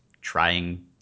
trying